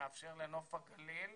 שמאפשר לנוף הגליל